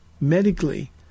medically